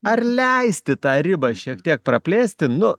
ar leisti tą ribą šiek tiek praplėsti nu